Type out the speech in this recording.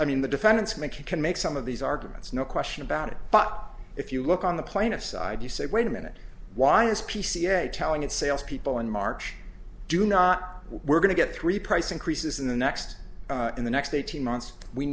i mean the defendants make you can make some of these arguments no question about it but if you look on the plaintiff side you say wait a minute why is p c a telling its sales people in march do not we're going to get three price increases in the next in the next eighteen months we